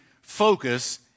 focus